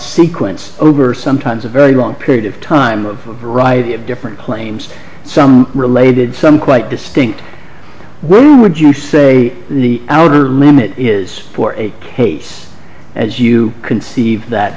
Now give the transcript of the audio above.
sequence over sometimes a very long period of time of writing of different claims some related some quite distinct when would you say the outer limit is for a case as you conceive that